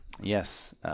Yes